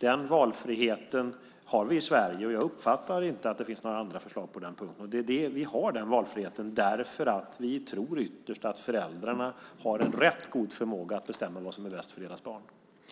Den valfriheten har vi i Sverige. Jag uppfattar inte att det finns några andra förslag på den punkten. Vi har den valfriheten därför att vi tror att föräldrarna har en rätt god förmåga att bestämma vad som är bäst för deras barn.